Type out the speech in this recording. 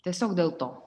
tiesiog dėl to